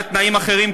בתנאים אחרים,